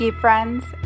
friends